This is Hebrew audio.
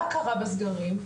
מה קרה בסגרים?